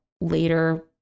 later